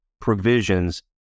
provisions